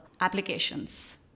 applications